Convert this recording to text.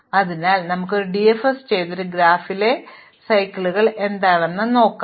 അതിനാൽ നമുക്ക് ഒരു ഡിഎഫ്എസ് ചെയ്ത് ഈ ഗ്രാഫിലെ പിന്തുണ സൈക്കിളുകൾ എന്താണ് പറയുന്നതെന്ന് നോക്കാം